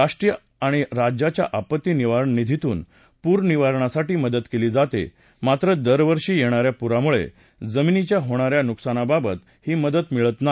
राष्ट्रीय आणि राज्याच्या आपत्ती निवारण निधीतून पूर निवारणासाठी मदत केली जाते मात्र दरवर्षी येणा या पुरामुळे जमिनीच्या होणाऱ्या नुकसानाबाबत ही मदत मिळत नाही